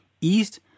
East